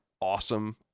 Awesome